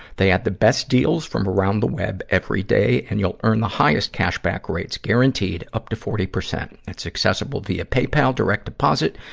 they have the best deals from around the web every day, and you'll earn the highest cash-back rates guaranteed, up to forty percent. it's accessible via paypal, direct deposit,